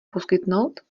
poskytnout